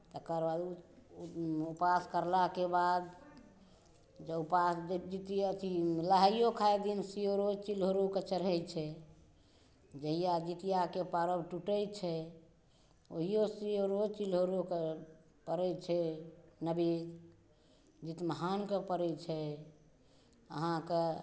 तकर बाद उपास करलाके बाद जँ उपास जितिआ अथी लहाइओ खाइ दिन सिओरो चिल्हरोके चढ़ै छै जहिके जितिआके परब टुटै छै ओहिओ सिओरो चिल्हरोके पड़ै छै नवेद जितमहानके पड़ै छै अहाँके